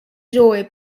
joy